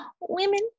women